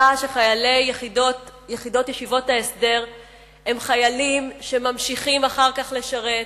העובדה שחיילי יחידות ישיבות ההסדר הם חיילים שממשיכים אחר כך לשרת,